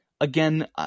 again